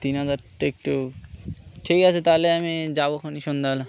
তিন হাজারটা একটু ঠিক আছে তাহলে আমি যাবোখনি সন্ধ্যাবেলা